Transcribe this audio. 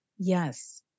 Yes